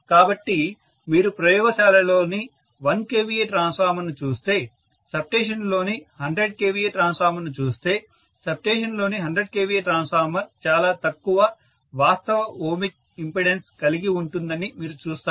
కాబట్టి మీరు ప్రయోగశాలలోని 1 kVA ట్రాన్స్ఫార్మర్ను చూస్తే సబ్స్టేషన్లోని 100 kVA ట్రాన్స్ఫార్మర్ను చూస్తే సబ్స్టేషన్లోని 100 kVA ట్రాన్స్ఫార్మర్ చాలా తక్కువ వాస్తవ ఓమిక్ ఇంపెడెన్స్ కలిగి ఉంటుందని మీరు చూస్తారు